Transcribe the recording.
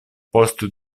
post